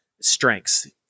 strengths